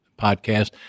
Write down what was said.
podcast